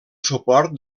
suport